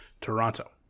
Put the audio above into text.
Toronto